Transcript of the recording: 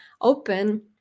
open